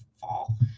fall